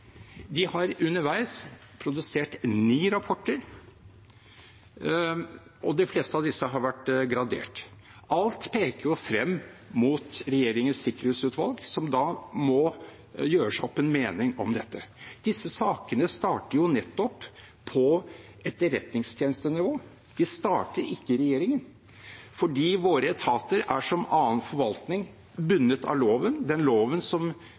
De har underveis produsert ni rapporter, og de fleste av disse har vært gradert. Alt peker jo frem mot Regjeringens sikkerhetsutvalg, som da må gjøre seg opp en mening om dette. Disse sakene starter nettopp på etterretningstjenestenivå. De starter ikke i regjeringen, for våre etater er, som annen forvaltning, bundet av loven, den loven som